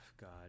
God